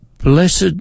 Blessed